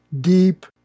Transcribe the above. deep